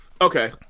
Okay